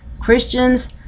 Christians